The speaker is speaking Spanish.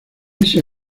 ese